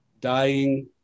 dying